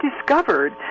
discovered